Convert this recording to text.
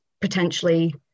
potentially